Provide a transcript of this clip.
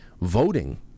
voting